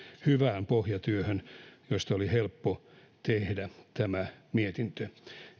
hyvään pohjatyöhön josta oli helppo tehdä tämä mietintö